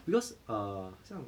because err 好像